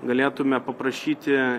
galėtume paprašyti